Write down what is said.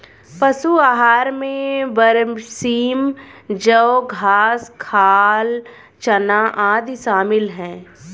पशु आहार में बरसीम जौं घास खाल चना आदि शामिल है